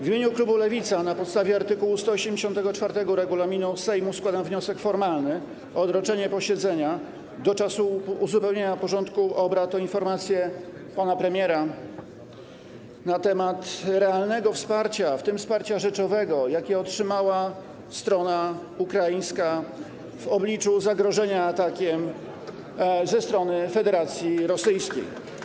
W imieniu klubu Lewica, na podstawie art. 184 regulaminu Sejmu, składam wniosek formalny o odroczenie posiedzenia do czasu uzupełnienia porządku obrad o informację pana premiera na temat realnego wsparcia, w tym wsparcia rzeczowego, jakie otrzymała strona ukraińska w obliczu zagrożenia atakiem ze strony Federacji Rosyjskiej.